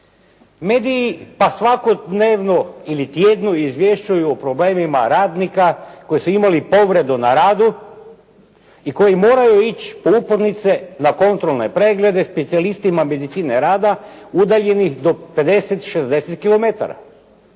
Mediji, pa svakodnevno ili tjedno izvješćuju o problemima radnika koji su imali povredu na radu i koji moraju ići po uputnice, na kontrolne preglede specijalistima medicine rada udaljenih do 50, 60